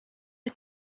are